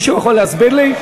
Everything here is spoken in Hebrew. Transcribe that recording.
מישהו יכול להסביר לי?